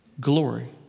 glory